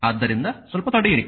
ಆದ್ದರಿಂದ ಸ್ವಲ್ಪ ತಡೆಯಿರಿ